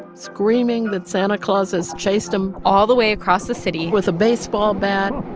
screaming that santa claus has chased him. all the way across the city. with a baseball bat